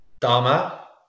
Dharma